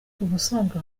ubusanzwe